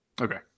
okay